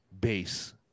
base